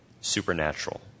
supernatural